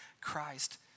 Christ